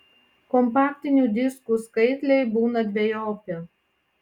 kompaktinių diskų skaitliai būna dvejopi